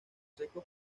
secos